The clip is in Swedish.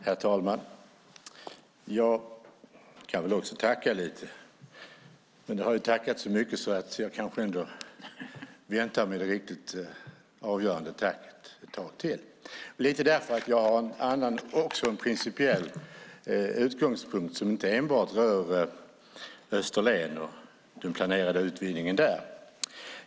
Herr talman! Jag ska väl också tacka lite, men det har ju tackats så mycket att jag ändå väntar med det riktigt avgörande tacket ett tag till. Jag har nämligen en principiell utgångspunkt som inte enbart rör Österlen och den planerade utvinningen där.